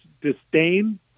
disdain